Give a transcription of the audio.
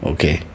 Okay